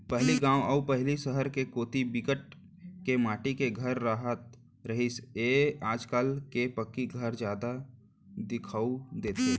पहिली गाँव अउ सहर म कोती बिकट के माटी के घर राहत रिहिस हे आज कल तो पक्की घर जादा दिखउल देथे